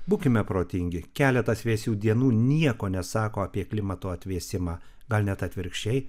būkime protingi keletas vėsių dienų nieko nesako apie klimato atvėsimą gal net atvirkščiai